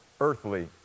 earthly